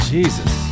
Jesus